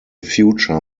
future